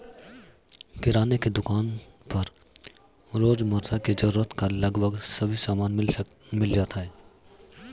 किराने की दुकान पर रोजमर्रा की जरूरत का लगभग सभी सामान मिल जाता है